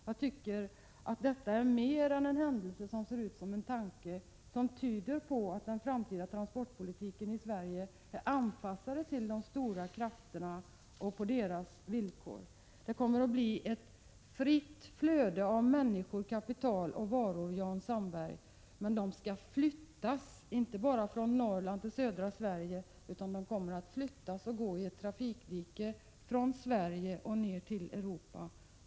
Jag tycker att det är mer än en händelse som ser ut som en tanke, och detta tyder på att den framtida transportpolitiken i Sverige är anpassad till de stora krafterna och drivs på deras villkor. Det kommer att bli ett fritt flöde av människor, kapital och varor, Jan Sandberg. Men flyttningen kommer inte att ske från Norrland till södra Sverige, utan förflyttningen kommer att ske från Sverige ner till Europa.